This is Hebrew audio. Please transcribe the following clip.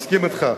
מסכים אתך.